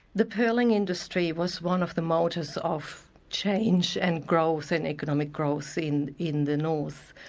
the pearling industry was one of the motors of change and growth, in economic growth, in in the north.